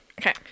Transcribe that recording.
Okay